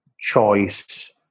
choice